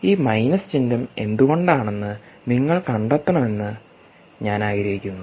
ഈ മൈനസ് ചിഹ്നം എന്തുകൊണ്ടാണെന്ന് നിങ്ങൾ കണ്ടെത്തണമെന്ന് ഞാൻ ആഗ്രഹിക്കുന്നു